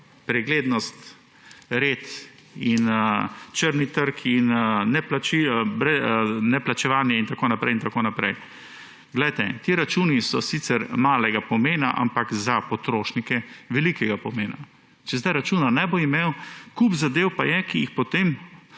Preglednost, red in črni trg in neplačevanje in tako naprej in tako naprej. Poglejte, ti računi so sicer malega pomena, ampak za potrošnike velikega pomena. Če zdaj računa ne bo imel, kup zadev pa je, ki jih potem